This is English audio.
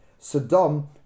Saddam